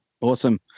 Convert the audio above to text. awesome